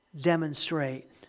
demonstrate